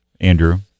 Andrew